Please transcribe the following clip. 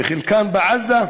חלקן בעזה,